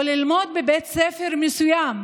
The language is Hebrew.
או ללמוד בבית ספר מסוים,